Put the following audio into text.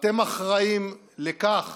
אתם אחראים לכך